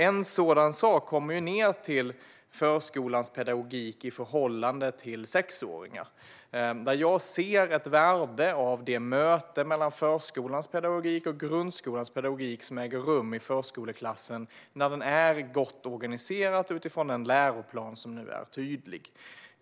En sådan sak handlar om förskolans pedagogik i förhållande till sexåringar. Jag ser ett värde i det möte mellan förskolans och grundskolans pedagogik som äger rum i förskoleklassen, när den är gott organiserad utifrån en läroplan som nu är tydlig.